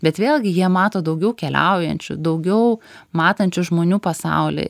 bet vėlgi jie mato daugiau keliaujančių daugiau matančių žmonių pasaulį